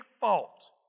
fault